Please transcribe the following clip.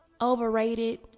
overrated